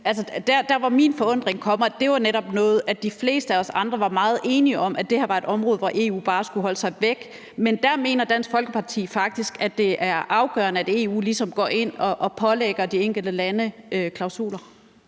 Det, som min forundring kom af, var, at det her netop var et område, hvor de fleste af os andre var meget enige om, at EU bare skulle holde sig væk. Men der mener Dansk Folkeparti faktisk, at det er afgørende, at EU ligesom går ind og pålægger de enkelte lande klausuler.